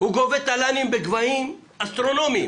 הוא גובה תל"נים בגבהים אסטרונומיים.